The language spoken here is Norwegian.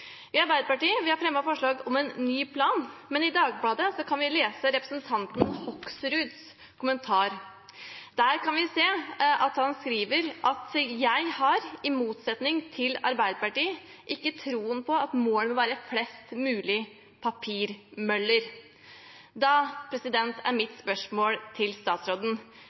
dato. Arbeiderpartiet har fremmet forslag om en ny plan. I Dagbladet kan vi lese representanten Hoksruds kommentar: «Jeg har, i motsetning til Arbeiderpartiet, ikke troen på at målet må være flest mulig papirmøller Da er mitt spørsmål til statsråden: